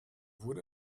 wurde